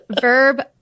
Verb